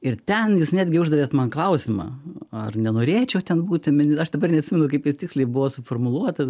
ir ten jūs netgi uždavėt man klausimą ar nenorėčiau ten būti mini aš dabar neatsimenu kaip jis tiksliai buvo suformuluotas